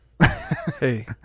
Hey